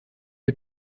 ihr